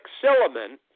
Silliman